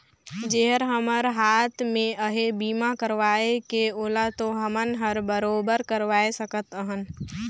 जेहर हमर हात मे अहे बीमा करवाये के ओला तो हमन हर बराबेर करवाये सकत अहन